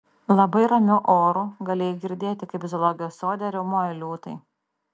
labai ramiu oru galėjai girdėti kaip zoologijos sode riaumoja liūtai